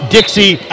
Dixie